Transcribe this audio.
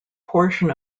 portion